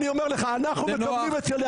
אני אומר לך שאנחנו מקבלים את כללי